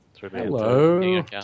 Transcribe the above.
hello